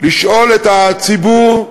לשאול את הציבור,